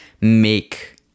make